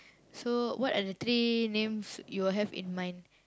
so what are the three names you will have in mind